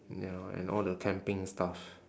ya and all the camping stuff